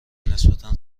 نسبتا